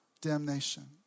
damnation